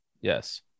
yes